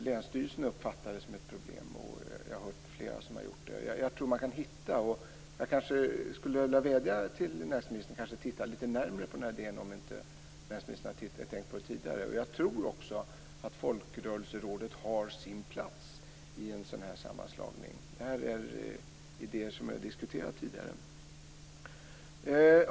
Länsstyrelsen uppfattar det som ett problem, och jag har hört flera andra som har gjort det. Jag vädjar till näringsministern att titta litet närmare på detta, om han inte har tänkt på det tidigare. Jag tror också att Folkrörelserådet har sin plats i en sådan sammanslagning. Det här är idéer som vi har diskuterat tidigare.